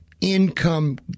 income